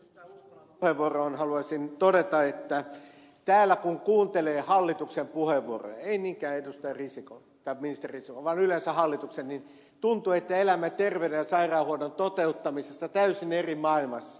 ukkolan puheenvuoroon haluaisin todeta että täällä kun kuuntelee hallituksen puheenvuoroja ei niinkään ministeri risikon vaan yleensä hallituksen niin tuntuu että elämme terveyden ja sairaanhoidon toteuttamisessa täysin eri maailmassa